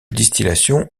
distillation